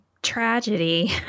tragedy